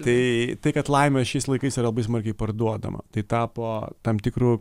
tai tai kad laimė šiais laikais yra labai smarkiai parduodama tai tapo tam tikru